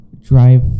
drive